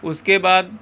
اس کے بعد